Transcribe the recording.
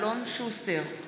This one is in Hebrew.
אלון שוסטר,